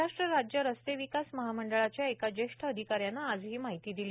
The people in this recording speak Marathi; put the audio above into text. महाराष्ट्र राज्य रस्ते विकास महामंडळाच्या एका ज्येष्ठ अधिकाऱ्यानं आज ही माहिती दिली